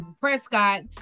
Prescott